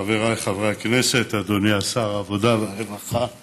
חבריי חברי הכנסת, אדוני שר העבודה והרווחה,